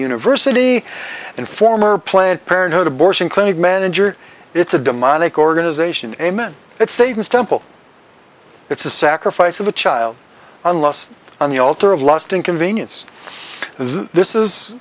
university and former planned parenthood abortion clinic manager it's a demonic organization amen it saves temple it's the sacrifice of a child unless on the altar of lust and convenience this is